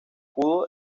pudo